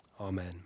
Amen